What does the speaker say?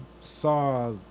saw